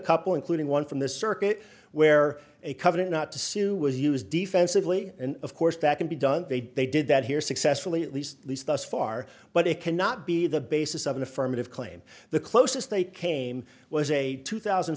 couple including one from the circuit where a covenant not to sue was used defensively and of course that can be done they did that here successfully at least least thus far but it cannot be the basis of an affirmative claim the closest they came was a two thousand